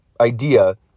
idea